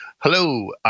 Hello